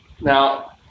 Now